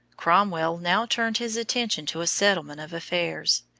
cromwell now turned his attention to a settlement of affairs.